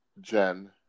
Jen